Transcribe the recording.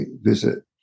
visit